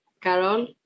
Carol